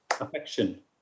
affection